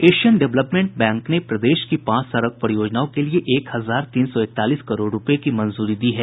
Asian Development Bank ने प्रदेश की पांच सड़क परियोजनाओं के लिए एक हजार तीन सौ इकतालीस करोड़ रूपये की मंजूरी दी है